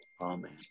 Amen